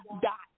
dot